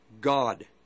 God